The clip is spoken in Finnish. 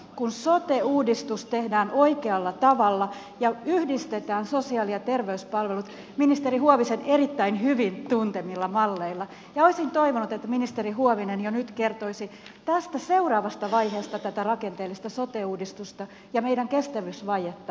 kun sote uudistus tehdään oikealla tavalla ja yhdistetään sosiaali ja terveyspalvelut ministeri huovisen erittäin hyvin tuntemilla malleilla olisin toivonut että ministeri huovinen jo nyt kertoisi tästä seuraavasta vaiheesta tätä rakenteellista sote uudistusta ja meidän kestävyysvajetta